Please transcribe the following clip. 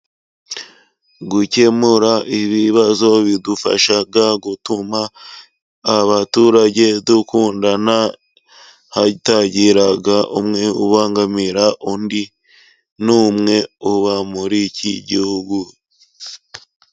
Gukemura ibibazo bidufasha gutuma abaturage dukundana, hatagira umwe ubangamira undi n' umwe uba muri iki gihugu.